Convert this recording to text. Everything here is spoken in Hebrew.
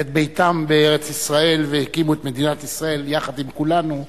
את ביתם בארץ-ישראל והקימו את מדינת ישראל יחד עם כולנו,